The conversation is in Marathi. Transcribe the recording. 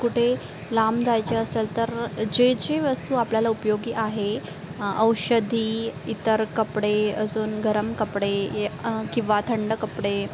कुठे लांब जायचे असेल तर जे जे वस्तू आपल्याला उपयोगी आहे औषधी इतर कपडे अजून गरम कपडे य किंवा थंड कपडे